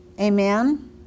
Amen